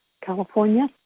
California